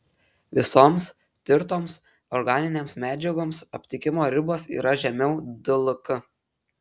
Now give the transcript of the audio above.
visoms tirtoms organinėms medžiagoms aptikimo ribos yra žemiau dlk